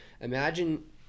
Imagine